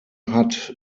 hat